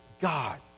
God